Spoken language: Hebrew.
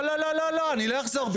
לא, לא, לא, אני לא אחזור בי.